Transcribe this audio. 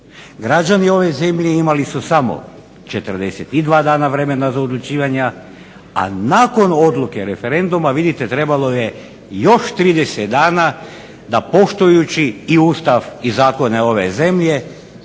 Građani ove zemlje imali su samo 42 dana za odlučivanja, a nakon odluke referenduma vidite trebalo je još 30 dana da poštujući i Ustav i zakone ove zemlje